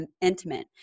intimate